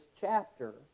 chapter